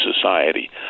society